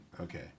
Okay